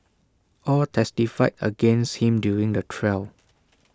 all testified against him during the trial